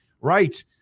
Right